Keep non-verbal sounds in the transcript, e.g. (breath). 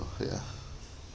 (breath) ya (breath)